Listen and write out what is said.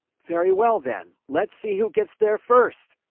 very well, then. let's see who gets there first!